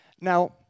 Now